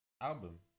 album